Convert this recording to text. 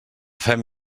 fem